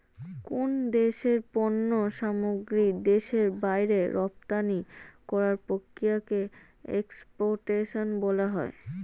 কোন দেশের পণ্য সামগ্রী দেশের বাইরে রপ্তানি করার প্রক্রিয়াকে এক্সপোর্টেশন বলা হয়